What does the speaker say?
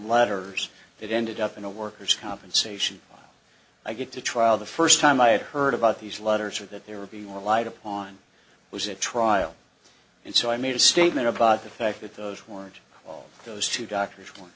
letters that ended up in a workers compensation i get to trial the first time i had heard about these letters or that they would be relied upon was a trial and so i made a statement about the fact that those weren't all those two doctors one